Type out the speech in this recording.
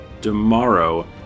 tomorrow